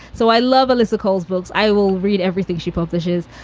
so i love ellipticals, books. i will read everything she publishes.